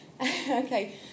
Okay